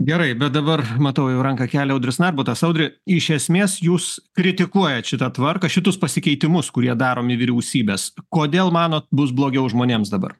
gerai bet dabar matau jau ranką kelia audris narbutas audri iš esmės jūs kritikuojat šitą tvarką šitus pasikeitimus kurie daromi vyriausybės kodėl manot bus blogiau žmonėms dabar